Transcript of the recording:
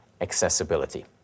accessibility